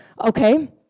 okay